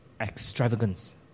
extravagance